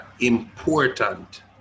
important